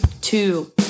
two